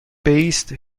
based